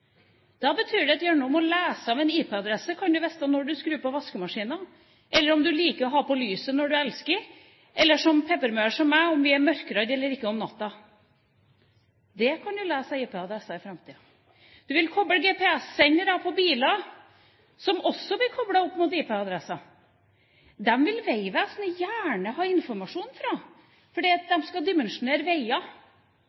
Da betyr det at gjennom å lese av en IP-adresse kan du vite når du skrur på vaskemaskinen, eller om du liker å ha på lyset når du elsker, eller om peppermøer som meg er mørkeredde eller ikke om natta. Det kan du lese av IP-adresser i framtiden. Du vil koble GPS-sendere på biler, som også blir koblet opp mot IP-adressen. De vil Vegvesenet gjerne ha informasjon fra fordi